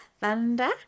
thunder